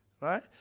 Right